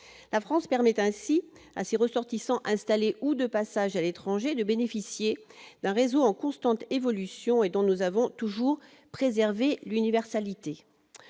La France permet ainsi à ses ressortissants installés ou de passage à l'étranger de bénéficier d'un réseau en constante évolution et dont nous avons toujours préservé l'universalité.